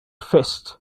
fist